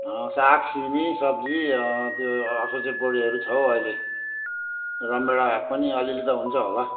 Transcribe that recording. साग सिमी सब्जी त्यो असोजे बोडीहरू छ हौ अहिले रमभेडा पनि अलिअलि त हुन्छ होला